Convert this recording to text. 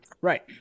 right